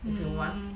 mm